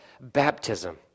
baptism